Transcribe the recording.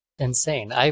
insane